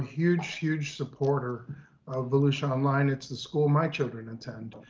ah huge, huge supporter of volusia online. it's the school my children attend